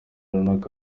runaka